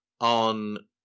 on